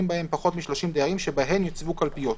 בהן פחות משלושים דיירים שבהן יוצבו קלפיות".